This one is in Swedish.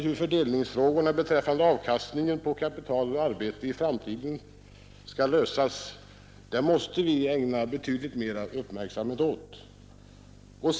Hur fördelningsfrågorna om avkastningen på kapital och arbete i framtiden skall lösas är ett problem som måste ägnas betydligt större uppmärksamhet än hittills.